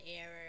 error